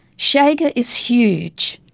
chega is huge,